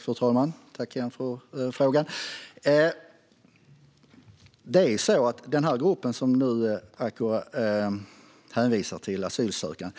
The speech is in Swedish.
Fru talman! Tack igen för frågan, Acko Ankarberg Johansson! Det är inte så att den grupp som Acko Ankarberg Johansson hänvisar till, asylsökande,